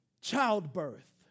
childbirth